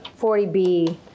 40B